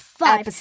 five